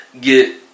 get